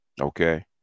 Okay